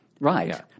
Right